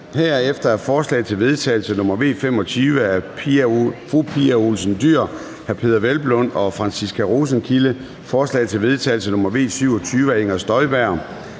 Herefter er forslag til vedtagelse nr. V 26 af Pia Olsen Dyhr (SF), Peder Hvelplund (EL) og Franciska Rosenkilde (ALT), forslag til vedtagelse nr. V 27 af Inger Støjberg